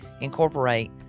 incorporate